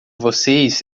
vocês